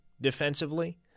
defensively